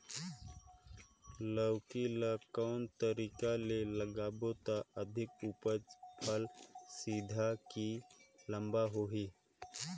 लौकी ल कौन तरीका ले लगाबो त अधिक उपज फल सीधा की लम्बा होही?